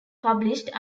published